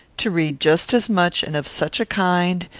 to read just as much and of such a kind,